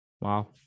Wow